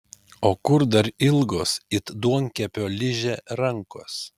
o kur dar ilgos it duonkepio ližė rankos